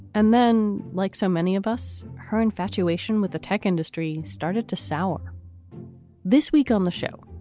and then, like so many of us, her infatuation with the tech industry started to sour this week on the show.